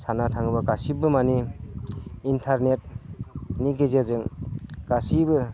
सानना थाङोब्ला गासैबो माने इन्टारनेटनि गेजेरजों गासैबो